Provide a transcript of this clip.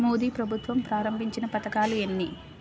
మోదీ ప్రభుత్వం ప్రారంభించిన పథకాలు ఎన్ని?